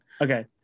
okay